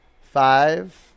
Five